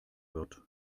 wird